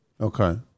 okay